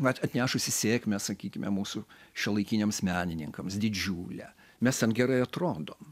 vat atnešusi sėkmę sakykime mūsų šiuolaikiniams menininkams didžiulę mes gerai atrodom